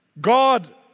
God